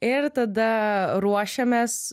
ir tada ruošiamės